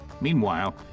Meanwhile